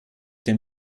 den